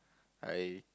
I